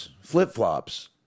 flip-flops